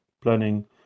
planning